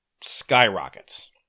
skyrockets